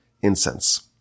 incense